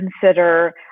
consider